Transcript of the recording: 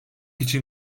için